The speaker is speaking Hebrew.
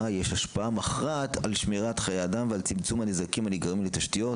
יש השפעה מכרעת על שמירת חיי אדם ועל צמצום הנזקים הנגרמים לתשתיות,